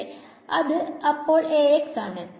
അല്ലെ അത് അപ്പോൾ ആണ്